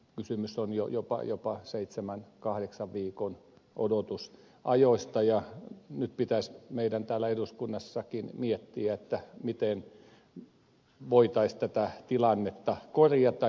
kysymys on jopa seitsemän kahdeksan viikon odotusajoista ja nyt pitäisi meidän täällä eduskunnassakin miettiä miten voitaisiin tätä tilannetta korjata